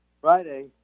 Friday